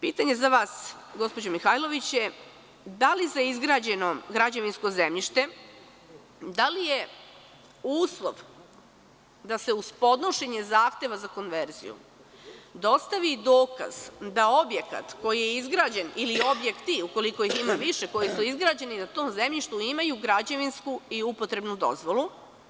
Pitanje za vas, gospođo Mihajlović, je - da li je za izgrađeno građevinsko zemljište uslov da se uz podnošenje zahteva za konverziju dostavi dokaz da objekat koji je izgrađen ili objekti, ukoliko ih ima više, koji su izgrađeni na tom zemljištu imaju građevinsku i upotrebnu dozvolu?